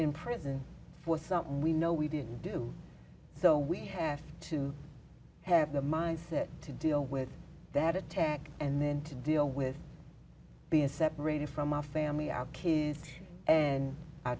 in prison for something we know we didn't do so we have to have the mindset to deal with that attack and then to deal with being separated from our family our kids and